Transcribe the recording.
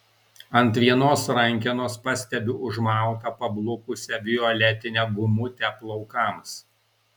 ant vienos rankenos pastebiu užmautą pablukusią violetinę gumutę plaukams